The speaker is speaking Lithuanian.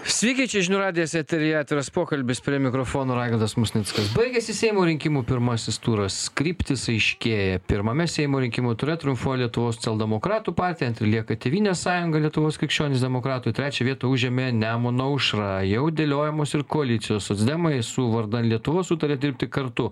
sveiki čia žinių radijas eteryje atviras pokalbis prie mikrofono raigardas musnickas baigėsi seimo rinkimų pirmasis turas kryptys aiškėja pirmame seimo rinkimų ture triumfuoja lietuvos socialdemokratų partija antri lieka tėvynės sąjunga lietuvos krikščionys demokratai o trečią vietą užėmė nemuno aušra jau dėliojamos ir koalicijos socdemai su vardan lietuvos sutarė dirbti kartu